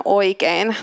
oikein